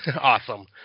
Awesome